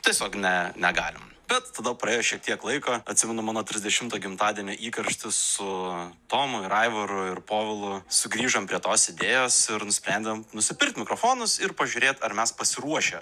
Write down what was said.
tiesiog ne negalim bet tada praėjo šiek tiek laiko atsimenu mano trisdešimtą gimtadienio įkarštis su tomu ir aivaru ir povilu sugrįžom prie tos idėjos ir nusprendėm nusipirkt mikrofonus ir pažiūrėt ar mes pasiruošę